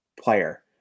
player